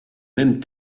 mêmes